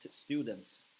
students